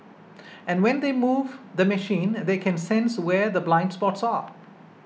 and when they move the machine they can sense where the blind spots are